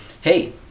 Hey